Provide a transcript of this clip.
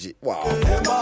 Wow